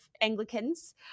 Anglicans